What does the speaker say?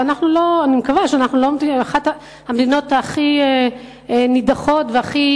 ואני מקווה שאנו לא אחת המדינות הכי נידחות והכי